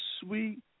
sweet